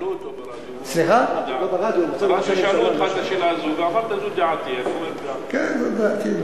שאלו אותך, כן, זו דעתי.